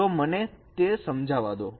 તો મને તે સમજાવો દો